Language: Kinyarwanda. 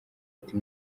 ati